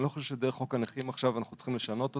אני לא חושב שדרך חוק הנכים אנחנו צריכים לשנות אותה.